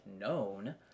known